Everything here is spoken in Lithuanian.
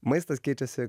maistas keičiasi